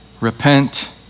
Repent